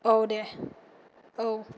औ दे औ